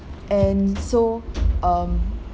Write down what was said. and so um